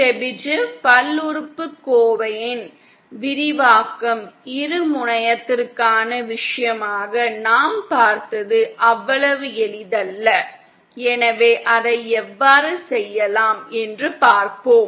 Chebyshev பல்லுறுப்புக்கோவையின் விரிவாக்கம் இருமுனையத்திற்கான விஷயமாக நாம் பார்த்தது அவ்வளவு எளிதல்ல எனவே அதை எவ்வாறு செய்யலாம் என்று பார்ப்போம்